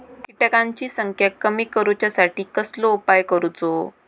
किटकांची संख्या कमी करुच्यासाठी कसलो उपाय करूचो?